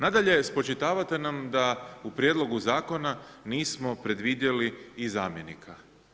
Nadalje, spočitavate nam da u prijedlogu zakona nismo predvidjeli i zamjenika.